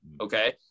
okay